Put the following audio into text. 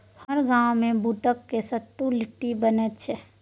हमर गाममे बूटक सत्तुक लिट्टी बनैत छै